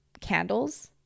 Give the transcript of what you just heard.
candles